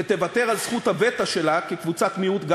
ותוותר על זכות הווטו שלה כקבוצת מיעוט,